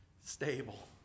stable